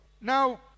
Now